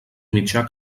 mitjà